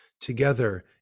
together